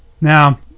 now